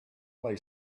play